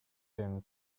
him